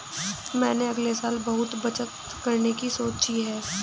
मैंने अगले साल बहुत बचत करने की सोची है